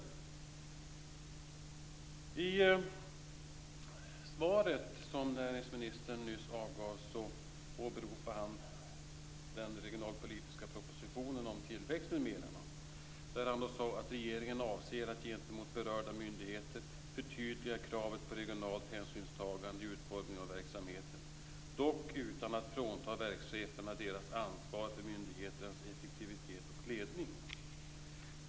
I det svar som näringsministern nyss avgav åberopade han den regionalpolitiska propositionen om tillväxt m.m., där det framhölls att regeringen avser att gentemot berörda myndigheter förtydliga kravet på regionalt hänsynstagande vid utformningen av verksamheten, dock utan att frånta verkscheferna deras ansvar för myndigheternas effektivitet och ledning.